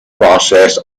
process